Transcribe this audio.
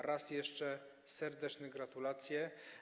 Raz jeszcze serdeczne gratulacje.